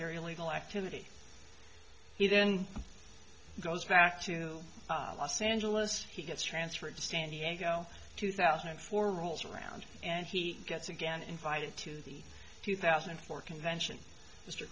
their illegal activity he then goes back to los angeles he gets transferred to stand the eggo two thousand and four rolls around and he gets again invited to the two thousand and four convention mr